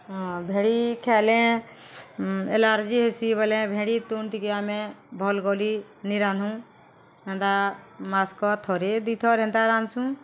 ହଁ ଭେଣି ଖାଏଲେ ଏଲାର୍ଜି ହେସି ବଏଲେ ଭେଣି ତୁନ୍ ଟିକେ ଆମେ ଭଲ୍ ଗଲି ନି ରାନ୍ଧୁଁ ହେନ୍ତା ମାସ୍କ ଥରେ ଦିଥର୍ ହେନ୍ତା ରାନ୍ଧ୍ସୁଁ